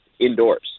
indoors